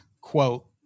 quote